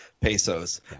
pesos